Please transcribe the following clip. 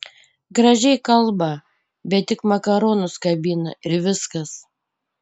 gražiai kalba bet tik makaronus kabina ir viskas